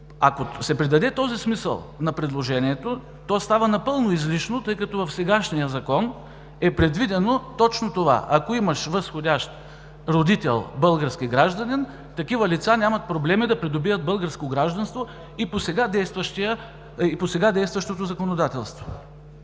Ако се придаде този смисъл на предложението, то става напълно излишно, тъй като в сегашния закон е предвидено точно това – ако имаш възходящ родител, български гражданин, такива лица нямат проблеми да придобият българско гражданство и по сега действащото законодателство.